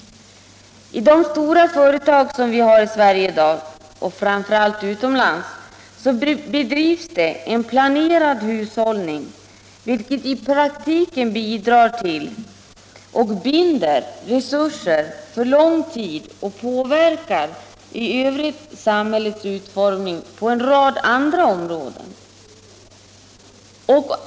I de stora företagen i Sverige och framför allt utomlands bedrivs i dag en planerad hushållning, vilket i praktiken binder resurser för lång tid och ofta påverkar samhällets utformning på en rad områden.